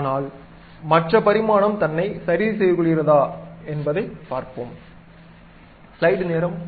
ஆனால் மற்ற பரிமாணம் தன்னை சரி செய்துகொல்கிறதா இல்லையா என்பதை பார்ப்போம்